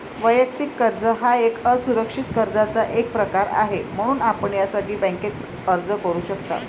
वैयक्तिक कर्ज हा एक असुरक्षित कर्जाचा एक प्रकार आहे, म्हणून आपण यासाठी बँकेत अर्ज करू शकता